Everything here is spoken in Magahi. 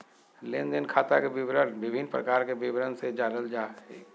लेन देन खाता के विभिन्न प्रकार के विवरण से जानल जाय हइ